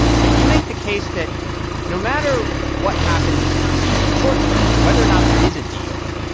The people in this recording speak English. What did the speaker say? but you make the case that no matter what happens in the short term, whether or not there is a deal,